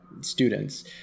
students